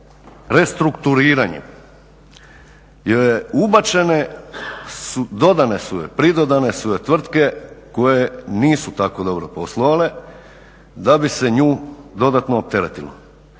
restrukturiranje joj je, ubačene su, dodane su joj, pridodane su joj tvrtke koje nisu tako dobro poslovale da bi se nju dodatno opteretilo,